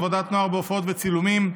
עבודת נוער בהופעות וצילומים),